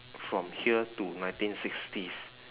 from here to nineteen sixties